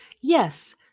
Yes